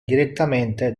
direttamente